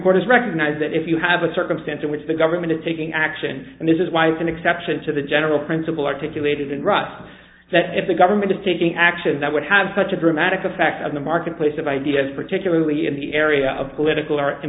court has recognized that if you have a circumstance in which the government is taking action and this is why it's an exception to the general principle articulated in russia that if the government is taking actions that would have such a dramatic effect on the marketplace of ideas particularly in the area of political or